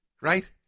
right